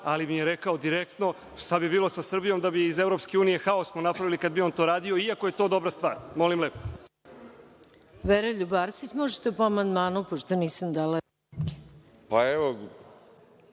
ali mi je rekao direktno, šta bi bilo sa Srbijom i da bi mu iz EU haos napravili kada bi on to radio iako je to dobra stvar. Molim lepo.